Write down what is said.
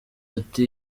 ati